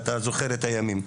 אתה זוכר את הימים.